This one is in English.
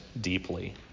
deeply